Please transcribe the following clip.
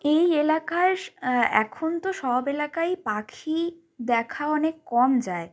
এই এলাকা এখন তো সব এলাকায় পাখি দেখা অনেক কম যায়